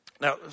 Now